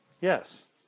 Yes